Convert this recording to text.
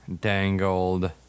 dangled